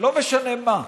לא משנה מה.